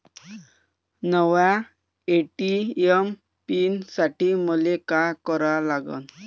नव्या ATM pin साठी मले का करा लागन?